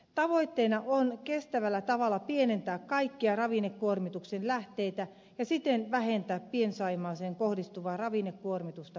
tavoitteena on kestävällä tavalla pienentää kaikkia ravinnekuormituksen lähteitä ja siten vähentää pien saimaaseen kohdistuvaa ravinnekuormitusta pysyvästi